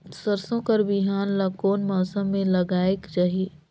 सरसो कर बिहान ला कोन मौसम मे लगायेक चाही?